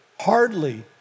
hardly